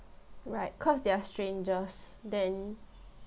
right cause they are strangers then